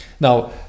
Now